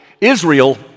Israel